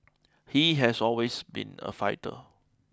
he has always been a fighter